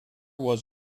was